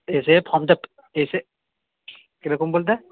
এসে ফর্মটা এসে কিরকম বলতে